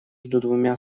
странами